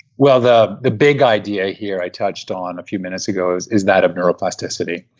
well, the the big idea here i touched on a few minutes ago is is that of neuroplasticity.